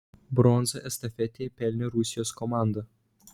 bronzą estafetėje pelnė rusijos komanda